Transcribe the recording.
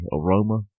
aroma